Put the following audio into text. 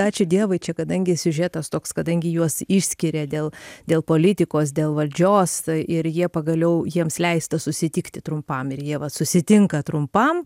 ačiū dievui čia kadangi siužetas toks kadangi juos išskiria dėl dėl politikos dėl valdžios ir jie pagaliau jiems leista susitikti trumpam ir jie va susitinka trumpam